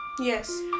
Yes